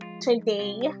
today